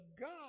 God